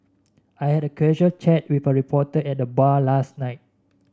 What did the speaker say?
I had a casual chat with a reporter at the bar last night